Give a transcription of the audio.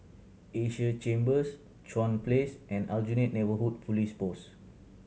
Asia Chambers Chuan Place and Aljunied Neighbourhood Police Post